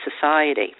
society